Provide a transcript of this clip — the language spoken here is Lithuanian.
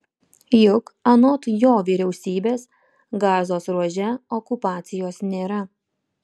juk anot jo vyriausybės gazos ruože okupacijos nėra